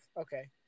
Okay